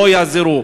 לא יעזרו.